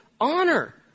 honor